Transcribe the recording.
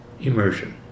immersion